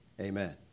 Amen